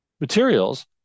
materials